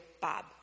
Bob